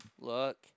look